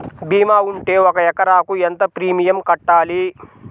భీమా ఉంటే ఒక ఎకరాకు ఎంత ప్రీమియం కట్టాలి?